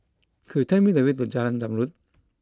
could tell me the way to Jalan Zamrud